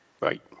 Right